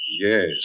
Yes